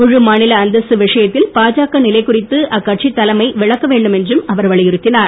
முழு மாநில அந்தஸ்து விஷயத்தில் பாஜக நிலை குறித்து அக்கட்சி தலைமை விளக்க வேண்டும் என்றும் அவர் வலியுறுத்தினார்